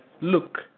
look